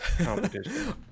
competition